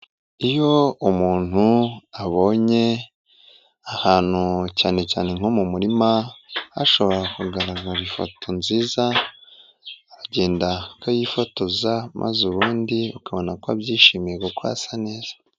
Iyo umuntu abonye ahantu cyane cyane nko mu murima hashobora kugaragara ifoto nziza aragenda akayifotoza maze ubundi ukabona ko abyishimiye ko asa neza.